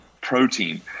protein